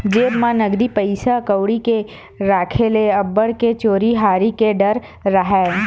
जेब म नकदी पइसा कउड़ी के राखे ले अब्बड़ के चोरी हारी के डर राहय